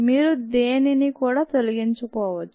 మీరు దేనిని కూడా తొలగించకపోవచ్చు